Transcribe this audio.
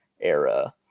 era